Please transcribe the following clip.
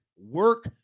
work